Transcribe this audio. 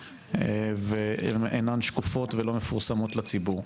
והן אינם שקופות ולא מפורסמות לציבור.